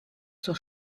zur